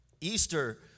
Easter